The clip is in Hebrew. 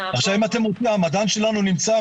אם אתם רוצים המדען שלנו נמצא,